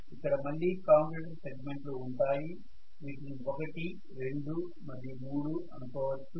ఇక్కడ మళ్ళీ commutator segment లు ఉంటాయి వీటిని 1 2 మరియు3 అనుకోవచ్చు